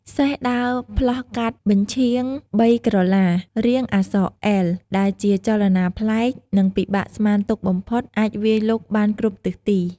សេះ ដើរផ្លោះកាត់បញ្ឆៀងបីក្រឡា រាងអក្សរអិល ដែលជាចលនាប្លែក និងពិបាកស្មានទុកបំផុត អាចវាយលុកបានគ្រប់ទិសទី។